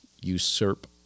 usurp